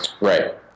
Right